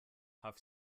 have